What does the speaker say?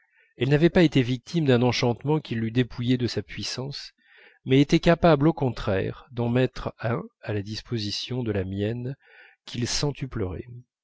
elle n'avait pas été victime d'un enchantement qui l'eût dépouillée de sa puissance mais était capable au contraire d'en mettre un à la disposition de la mienne qu'il